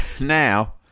now